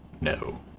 No